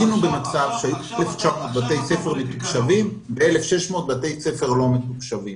היינו במצב שהיו 1,900 בתי ספר מתוקשבים ו-1,600 בתי ספר לא מתוקשבים.